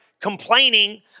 complaining